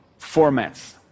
formats